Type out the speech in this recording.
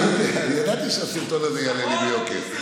ידעתי שהסרטון הזה יעלה לי ביוקר.